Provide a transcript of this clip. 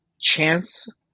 chance